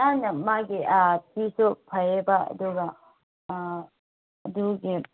ꯊꯥꯏꯅ ꯃꯥꯒꯤ ꯐꯤꯁꯨ ꯐꯩꯌꯦꯕ ꯑꯗꯨꯒ ꯑꯗꯨꯒꯤ